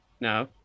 No